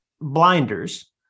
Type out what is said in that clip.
blinders